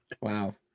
Wow